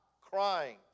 crying